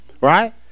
Right